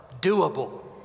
doable